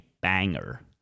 banger